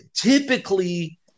typically